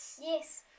yes